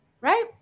Right